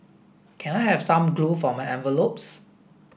can I have some glue for my envelopes